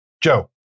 Joe